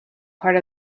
part